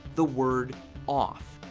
the word off,